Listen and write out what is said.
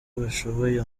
bashoboye